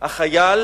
החייל